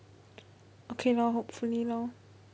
okay lor hopefully lor